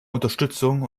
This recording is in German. unterstützung